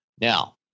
Now